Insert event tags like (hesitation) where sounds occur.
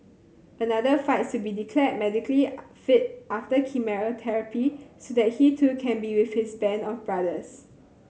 another fights to be declared medically (hesitation) fit after chemotherapy so that he too can be with his band of brothers